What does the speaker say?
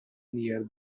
near